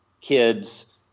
kids